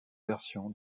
version